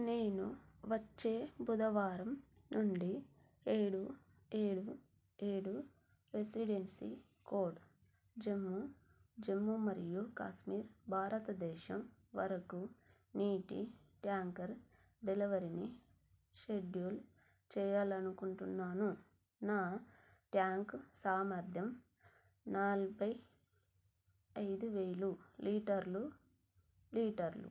నేను వచ్చే బుధవారం నుండి ఏడు ఏడు ఏడు రెసిడెన్సీ కోడ్ జమ్మూ జమ్మూ మరియు కాశ్మీర్ భారతదేశం వరకు నీటి ట్యాంకర్ డెలివరిని షెడ్యూల్ చేయాలనుకుంటున్నాను నా ట్యాంక్ సామర్థ్యం నలభై ఐదు వేలు లీటర్లు లీటర్లు